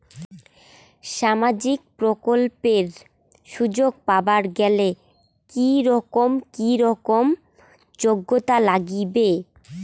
সামাজিক প্রকল্পের সুযোগ পাবার গেলে কি রকম কি রকম যোগ্যতা লাগিবে?